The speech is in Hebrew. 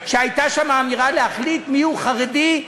שהייתה שם אמירה להחליט מיהו חרדי,